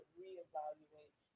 reevaluate